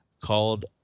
called